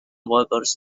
workers